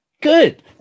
Good